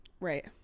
Right